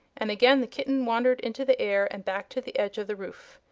and again the kitten wandered into the air and back to the edge of the roof.